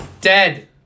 dead